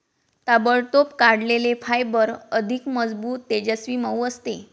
ताबडतोब काढलेले फायबर अधिक मजबूत, तेजस्वी, मऊ असते